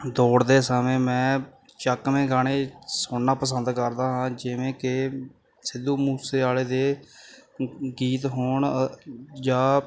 ਦੌੜਦੇ ਸਮੇਂ ਮੈਂ ਚੱਕਵੇਂ ਗਾਣੇ ਸੁਣਨਾ ਪਸੰਦ ਕਰਦਾ ਹਾਂ ਜਿਵੇਂ ਕਿ ਸਿੱਧੂ ਮੂਸੇ ਵਾਲੇ ਦੇ ਗੀਤ ਹੋਣ ਜਾਂ